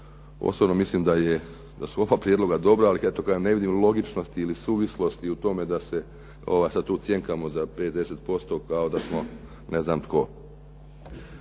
Osobno mislim da su oba prijedloga dobra ali ne vidim logičnosti ili suvislosti da se sada tu cjenkamo za 5, 10% kao da smo ne znam tko.